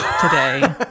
today